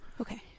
Okay